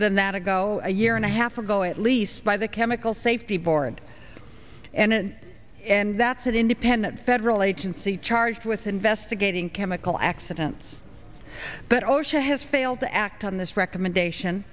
than that ago a year and a half ago at least by the chemical safety board and in and that's an independent federal agency charged with investigating chemical accidents but osha has failed to act on this recommendation